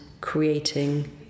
creating